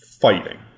fighting